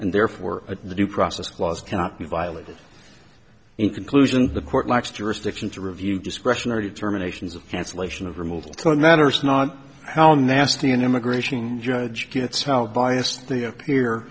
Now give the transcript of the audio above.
and therefore the due process clause cannot be violated in conclusion the court likes to restriction to review discretionary determinations of cancellation of removal matters not how nasty an immigration judge gets how biased they appear